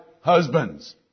husbands